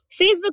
Facebook